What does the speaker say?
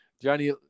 Johnny